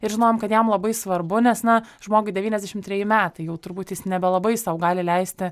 ir žinojom kad jam labai svarbu nes na žmogui devyniasdešimt treji metai jau turbūt jis nebelabai sau gali leisti